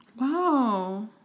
Wow